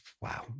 wow